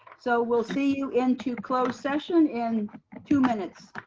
so we'll see you into closed session in two minutes.